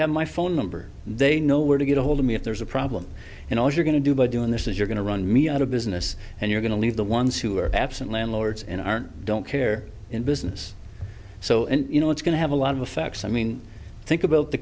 have my phone number they know where to get ahold of me if there's a problem you know if you're going to do by doing this is you're going to run me out of business and you're going to leave the ones who are absent landlords and don't care in business so you know it's going to have a lot of effects i mean think about the